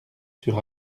sur